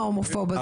ההומופוב הזה.